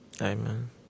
Amen